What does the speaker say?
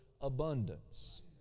abundance